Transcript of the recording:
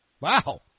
Wow